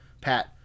Pat